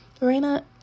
Reina